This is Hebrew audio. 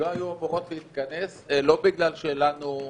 לא היו אמורות להתכנס, לא בגלל שלנו,